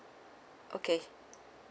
okay